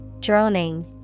Droning